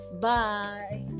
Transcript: Bye